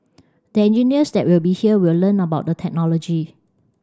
the engineers that will be here will learn about the technology